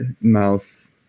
mouse